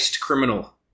criminal